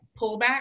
pullback